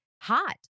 hot